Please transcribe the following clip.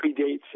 predates